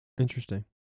interesting